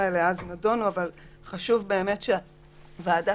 לכן חשוב שהוועדה,